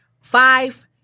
five